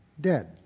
dead